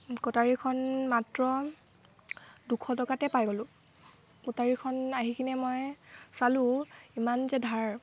কটাৰীখন মাত্ৰ দুশ টকাতে পাই গ'লোঁ কটাৰীখন আহি কিনে মই চালোঁ ইমান যে ধাৰ